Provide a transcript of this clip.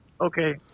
Okay